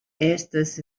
estas